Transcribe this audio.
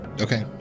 Okay